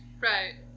Right